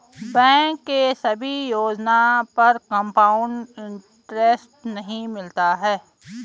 bank के सभी योजना पर कंपाउड इन्टरेस्ट नहीं मिलता है